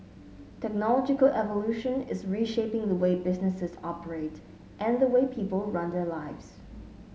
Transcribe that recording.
technological evolution is reshaping the way businesses operate and the way people run their lives